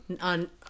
on